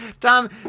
Tom